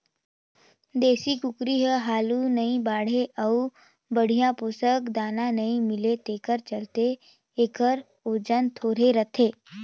देसी कुकरी हर हालु नइ बाढ़े अउ बड़िहा पोसक दाना नइ मिले तेखर चलते एखर ओजन थोरहें रहथे